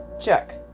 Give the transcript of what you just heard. Check